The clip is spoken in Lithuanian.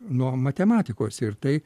nuo matematikos ir tai